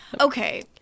Okay